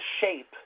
shape